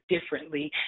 differently